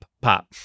pop